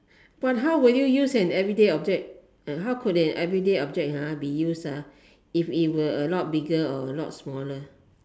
but how would you use an everyday object how could an everyday object be used if it were a lot bigger or a lot smaller